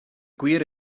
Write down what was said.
gwir